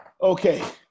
Okay